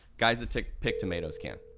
guys that pick pick tomatoes can,